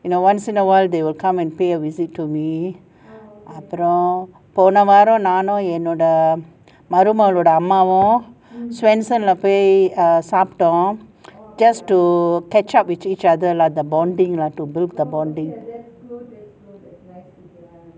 you know once in a while they will come and pay a visit to me அப்புறம் போன வாரம் நானும் என்னோட மருமகளோட அம்மாவும்:appuram pona vaaaram naanum eenoda marumagaloda ammavum swensen போய் சாப்பிட்டோம்:poi saapitom (err)just to catch up with each other lah the bonding lah to build the bonding